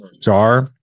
jar